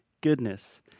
goodness